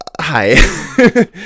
hi